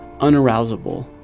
unarousable